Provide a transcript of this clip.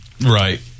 Right